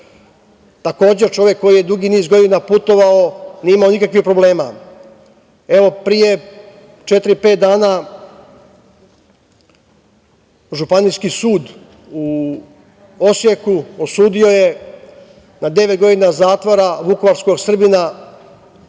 Takođe, čovek koji je dugi niz godina putovao, nije imao nikakvih problema. Evo, pre četiri, pet dana Županijski sud u Osijeku osudio je na devet godina zatvora vukovarskog Srbina